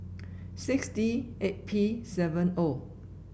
six D eight P seven O